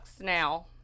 now